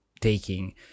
taking